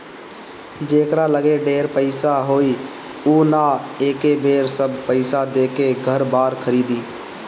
जेकरा लगे ढेर पईसा होई उ न एके बेर सब पईसा देके घर बार खरीदी